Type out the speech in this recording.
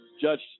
Judge